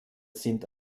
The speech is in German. sind